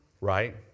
Right